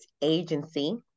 Agency